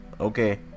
okay